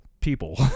people